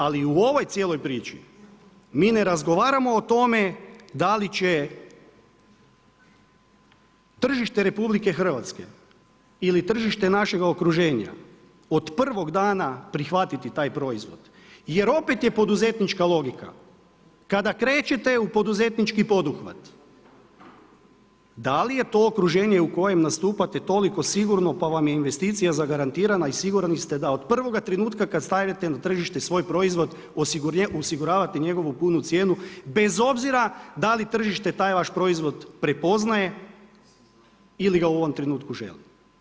Ali u ovoj cijeloj priči mi ne razgovaramo o tome da li će tržište RH ili tržište našega okruženja od prvog dana prihvatiti taj proizvod, jer opet je poduzetnička logika kada kreće u poduzetnički poduhvat, da li je to okruženje u kojem nastupate toliko sigurno pa vam je investicija zagarantirana i sigurni ste da od prvoga trenutka kad stavljate na tržište svoj proizvod, osiguravate njegovu punu cijenu bez obzira da li tržište taj vaš proizvod prepoznaje ili ga u ovom trenutku želi.